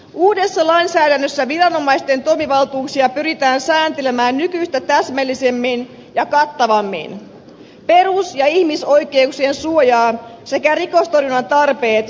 uudessa lainsäädännössä viranomaisten toimivaltuuksia pyritään sääntelemään nykyistä täsmällisemmin ja kattavammin perus ja ihmisoikeuksien suoja sekä rikostorjunnan tarpeet huomioon ottaen